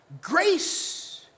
Grace